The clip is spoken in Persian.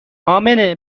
امنه